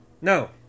No